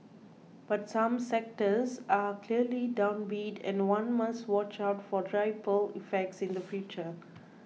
but some sectors are clearly downbeat and one must watch out for ripple effects in the future